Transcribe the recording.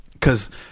Cause